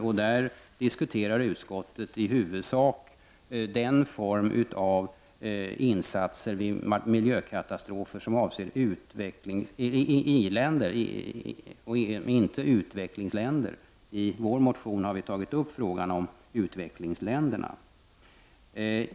Utskottet diskuterar i huvudsak den form av insatser vid miljökatastrofer som avser i-länder. I vår motion har vi tagit upp frågan om utvecklingsländerna.